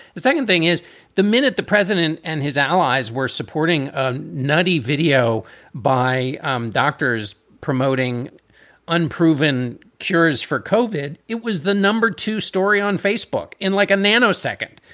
the second thing is the minute the president and his allies were supporting um nutty video by um doctors promoting unproven cures for covid, it was the number two story on facebook in like a nanosecond.